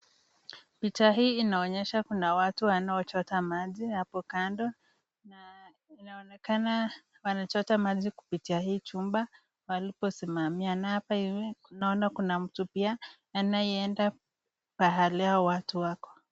Picha hii inaonyesha kuna watu wanaochota maji hapo kando na inaonekana wanachota maji kupitia hii chuma waliposimamia na hapa hivi naona kuna mtu pia anayeenda pahali watu wako.